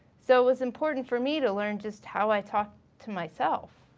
so it was important for me to learn just how i talk to myself.